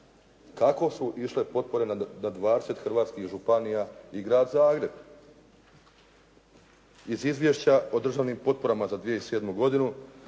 kako su išle potpore na 20 hrvatskih županija i Grad Zagreb. Iz izvješća o državnim potporama za 2007. godinu,